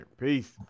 Peace